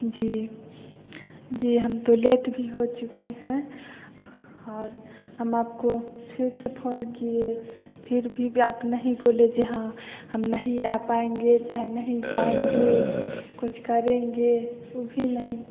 जी जी हम तो लेट भी हो चुके है और हम आपको फिर से फ़ोन किये फिर भी आप नही बोले जे हाँ हम नही आ पाएँगे नहीं जायेंगे कुछ करेंगे वो भी